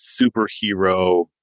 superhero